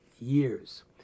years